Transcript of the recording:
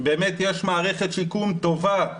באמת יש מערכת שיקום טובה.